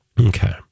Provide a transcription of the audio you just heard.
Okay